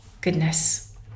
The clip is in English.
goodness